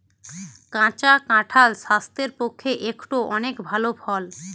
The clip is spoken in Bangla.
কাঁচা কাঁঠাল স্বাস্থ্যের পক্ষে একটো অনেক ভাল ফল